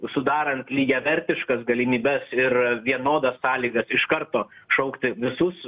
sudarant lygiavertiškas galimybes ir vienodas sąlygas iš karto šaukti visus